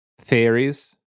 theories